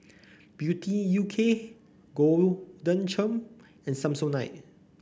Beauty U K Golden Churn and Samsonite